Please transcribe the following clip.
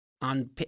on